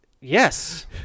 Yes